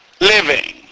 living